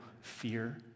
fear